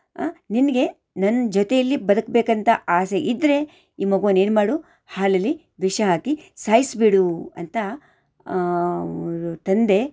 ಆಂ ನಿನಗೆ ನನ್ನ ಜೊತೆಯಲ್ಲಿ ಬದುಕಬೇಕಂತ ಆಸೆ ಇದ್ದರೆ ಈ ಮಗೂನ ಏನು ಮಾಡು ಹಾಲಲ್ಲಿ ವಿಷ ಹಾಕಿ ಸಾಯಿಸ್ಬಿಡು ಅಂತ ಇವರು ತಂದೆ